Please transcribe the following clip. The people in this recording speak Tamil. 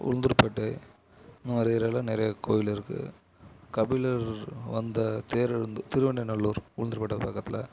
உளுந்தூர்பேட்டை இந்த மாதிரி ஏரியாவில் நிறையா கோயில் இருக்குது கபிலர் வந்த தேரெழுந்தூர் திருவெணைநல்லூர் உளுந்தூர்பேட்டை பக்கத்தில்